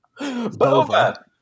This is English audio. Boba